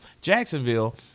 Jacksonville